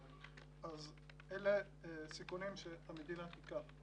אז אלה סיכונים שהמדינה תיקח.